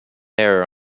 error